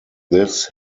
this